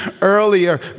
earlier